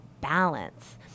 balance